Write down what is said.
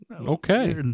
okay